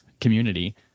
community